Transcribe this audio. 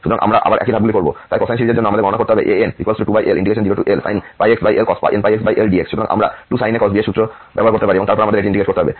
সুতরাং আমরা আবার একই ধাপগুলি করব তাই কোসাইন সিরিজের জন্য আমাদের গণনা করতে হবে an2l0lsin πxl cos nπxl dx সুতরাং আমরা 2sin a cos b সূত্র ব্যবহার করতে পারি এবং তারপর আমাদের এটি ইন্টিগ্রেট করতে হবে